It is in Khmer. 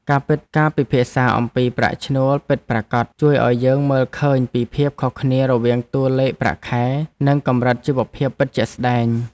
ការពិភាក្សាអំពីប្រាក់ឈ្នួលពិតប្រាកដជួយឱ្យយើងមើលឃើញពីភាពខុសគ្នារវាងតួលេខប្រាក់ខែ និងកម្រិតជីវភាពពិតជាក់ស្តែង។